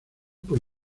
por